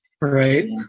Right